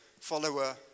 follower